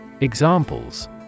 Examples